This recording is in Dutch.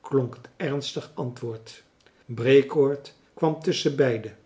klonk het ernstig antwoord breekoord kwam tusschenbeiden